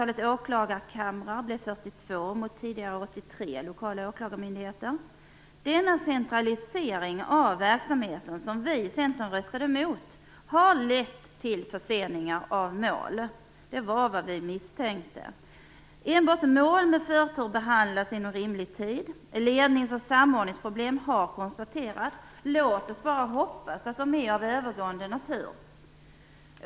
Antalet åklagarkamrar blev 42 Denna centralisering av verksamheten, som vi i Centern röstade mot, har lett till förseningar av mål, precis som vi misstänkte. Enbart mål med förtur behandlas inom rimlig tid. Lednings och samordningsproblem har konstaterats. Låt oss bara hoppas att de är av övergående natur!